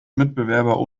mitbewerber